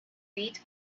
beat